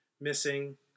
missing